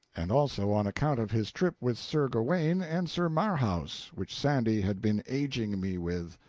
and also on account of his trip with sir gawaine and sir marhaus, which sandy had been aging me with.